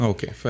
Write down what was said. Okay